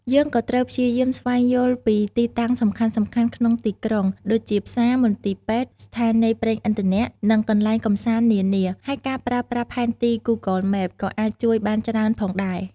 យើងក៏ត្រូវព្យាយាមស្វែងយល់ពីទីតាំងសំខាន់ៗក្នុងទីក្រុង ដូចជាផ្សារ មន្ទីរពេទ្យ ស្ថានីយ៍ប្រេងឥន្ធនៈ និងកន្លែងកម្សាន្តនានា ហើយការប្រើប្រាស់ផែនទី Google Map ក៏អាចជួយបានច្រើនផងដែរ។